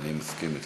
אני מסכים איתך.